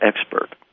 expert